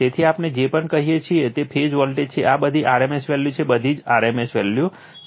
તેથી આપણે જે પણ કહીએ તે ફેઝ વોલ્ટેજ છે આ બધી rms વેલ્યુ છે બધી જ rms વેલ્યુ છે